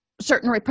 certain